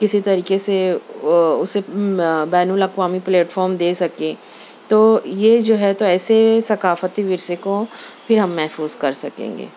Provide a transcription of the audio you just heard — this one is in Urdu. کسی طریقے سے اُسے بین الاقوامی پلیٹفارم دے سکیں تو یہ جو ہے تو ایسے ثقافتی ورثے کو پھر ہم محفوظ کر سکیں گے